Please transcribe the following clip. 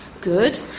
Good